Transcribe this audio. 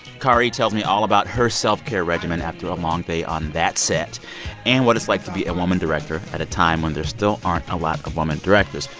kari tells me all about her self-care regimen after a long day on that set and what it's like to be a woman director at a time when there still aren't a lot of women directors.